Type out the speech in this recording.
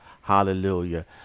Hallelujah